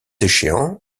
échéant